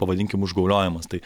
pavadinkim užgauliojimas taip